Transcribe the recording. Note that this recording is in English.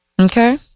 Okay